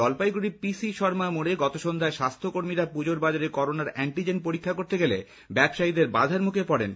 Jalpaiguri PC Sharma মোড়ে গতসন্ধ্যায় স্বাস্থ্য কর্মীরা পুজোর বাজারে করোনার অ্যান্টিজেন পরীক্ষা করতে গেলে ব্যবসায়ীদের বাধার মুখে পড়েন